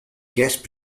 guest